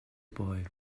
boy